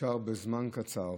שאפשר בזמן קצר